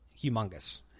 humongous